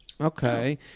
Okay